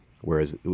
whereas